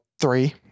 three